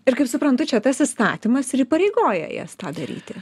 ir kaip suprantu čia tas įstatymas ir įpareigoja jas tą daryti